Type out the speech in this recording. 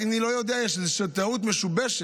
אני לא יודע, יש איזושהי טעות משובשת